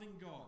God